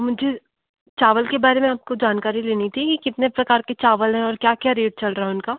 मुझे चावल के बारे में आपको जानकारी लेनी थी कितने प्रकार के चावल है और क्या क्या रेट चल रहा है उनका